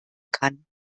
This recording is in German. kann